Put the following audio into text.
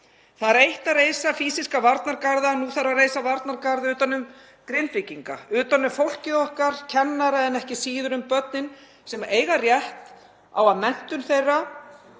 Það er eitt að reisa fýsíska varnargarða en nú þarf að reisa varnargarð utan um Grindvíkinga, utan um fólkið okkar, kennara og ekki síst börnin sem eiga rétt á að menntun þeirra